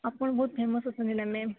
ଆପଣ ବହୁତ ଫେମସ୍ ଅଛନ୍ତି ନା ମ୍ୟାମ୍